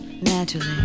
naturally